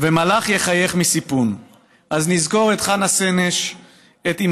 ומלח יחייך מסיפון / אז נזכור את חנה סנש / עת עם